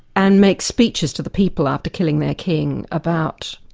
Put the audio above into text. and make speeches to the people after killing their king, about